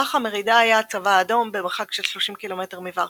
במהלך המרידה היה הצבא האדום במרחק של 30 קילומטר מוורשה,